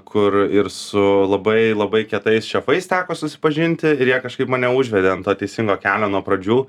kur ir su labai labai kietais šefais teko susipažinti ir jie kažkaip mane užvedė ant to teisingo kelio nuo pradžių